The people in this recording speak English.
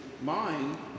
mind